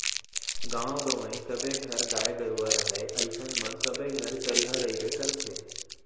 गॉंव गँवई सबे घर गाय गरूवा रहय अइसन म सबे घर चरिहा रइबे करथे